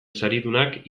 saridunak